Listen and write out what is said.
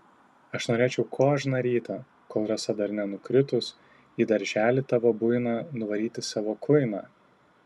aš norėčiau kožną rytą kol rasa dar nenukritus į darželį tavo buiną nuvaryti savo kuiną